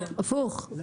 הפוך.